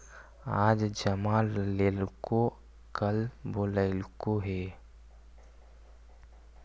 आज जमा लेलको कल बोलैलको हे?